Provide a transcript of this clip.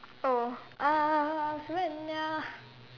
oh